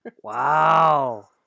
Wow